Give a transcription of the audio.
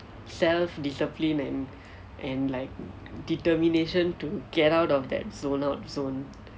self discipline and and like determination to get out of that zone out zone